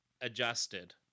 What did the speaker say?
adjusted